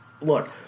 look